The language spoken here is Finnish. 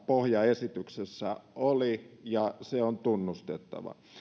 pohjaesityksessä oli ja se on tunnustettava